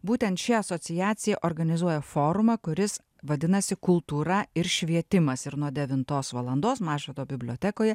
būtent ši asociacija organizuoja forumą kuris vadinasi kultūra ir švietimas ir nuo devintos valandos mažvydo bibliotekoje